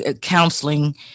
counseling